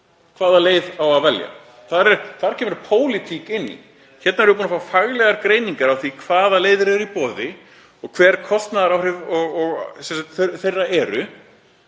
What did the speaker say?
hvaða leið á að velja, þar kemur pólitík inn í. Hérna erum við búin að fá faglegar greiningar á því hvaða leiðir eru í boði og hver kostnaðaráhrif þeirra eru.